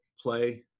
play